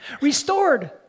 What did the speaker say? Restored